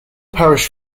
parish